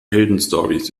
heldenstorys